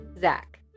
Zach